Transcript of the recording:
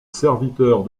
serviteurs